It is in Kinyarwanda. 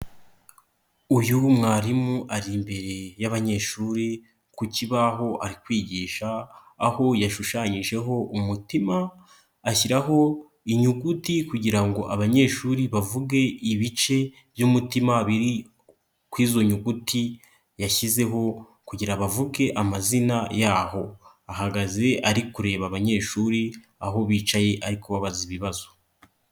Uyu mwarimu ari imbere y'abanyeshuri ku kibaho ari kwigisha aho yashushanyijeho umutima ashyiraho inyuguti kugira ngo abanyeshuri bavuge ibice by'umutima biri ku izo nyuguti yashyizeho kugirango bavuge amazina yaho, ahagaze ari kureba abanyeshuri aho bicaye ari kubabaza ibibazo.